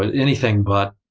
but anything but